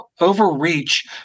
overreach